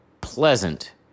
pleasant